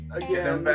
again